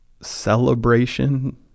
celebration